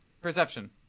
Perception